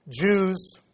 Jews